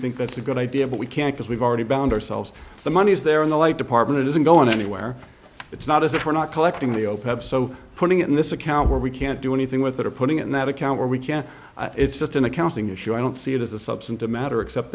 think that's a good idea but we can't as we've already bound ourselves the money is there in the light department it isn't going anywhere it's not as if we're not collecting the opap so putting it in this account where we can't do anything with it or putting it in that account where we can it's just an accounting issue i don't see it as a substantive matter except